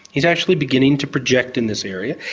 he's actually beginning to project in this area.